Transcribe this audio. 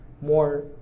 more